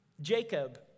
Jacob